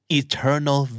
eternal